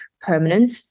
permanent